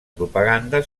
propaganda